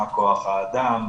מה כח האדם,